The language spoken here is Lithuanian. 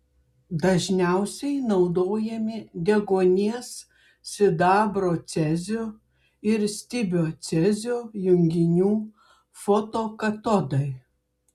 dažniausiai naudojami deguonies sidabro cezio ir stibio cezio junginių fotokatodai